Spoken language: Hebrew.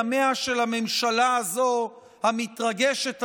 ימיה של הממשלה הזאת המתרגשת עלינו,